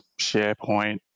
SharePoint